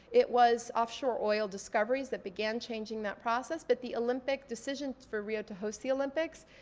it was offshore oil discoveries that began changing that process. but the olympic decision for rio to host the olympics,